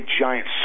giant